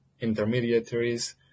intermediaries